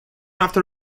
after